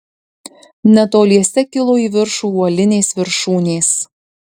netoliese kilo į viršų uolinės viršūnės